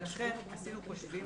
לכן עשינו חושבים.